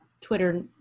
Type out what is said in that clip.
Twitter